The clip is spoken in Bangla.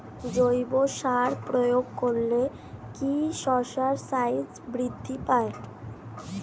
জৈব সার প্রয়োগ করলে কি শশার সাইজ বৃদ্ধি পায়?